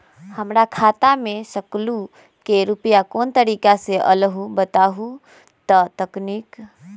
हमर खाता में सकलू से रूपया कोन तारीक के अलऊह बताहु त तनिक?